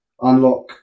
unlock